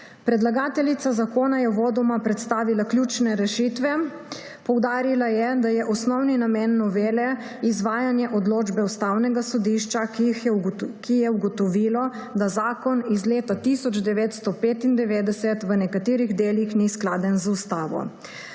Predlagateljica zakona je uvodoma predstavila ključne rešitve. Poudarila je, da je osnovni namen novele izvajanje odločbe Ustavnega sodišča, ki je ugotovilo, da zakon iz leta 1995 v nekaterih delih ni skladen z ustavo.